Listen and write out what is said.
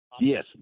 Yes